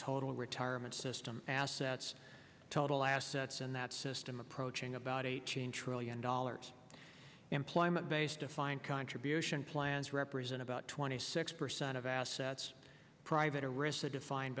total retirement system assets total assets in that system approaching about eighteen trillion dollars employment base defined contribution plans represent about twenty six percent of assets private arista defined